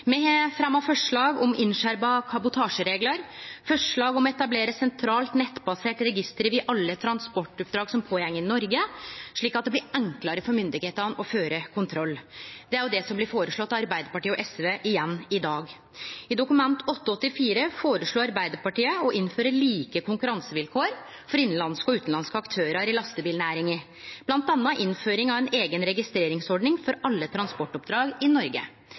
Me har fremja forslag om innskjerpa kabotasjereglar og forslag om å etablere eit sentralt, nettbasert register over alle transportoppdrag i Noreg, slik at det blir enklare for myndigheitene å føre kontroll. Og det er det som blir føreslått av Arbeidarpartiet og SV igjen i dag. I Dokument 8:84 S for 2016–2017 føreslo Arbeidarpartiet å innføre like konkurransevilkår for innanlandske og utanlandske aktørar i lastebilnæringa, bl.a. innføring av ei eiga registreringsordning for alle transportoppdrag i Noreg.